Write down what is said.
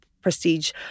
prestige